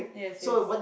yes yes